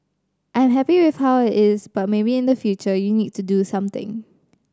I'm happy with how it is but maybe in the future you need to do something